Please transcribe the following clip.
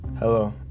Hello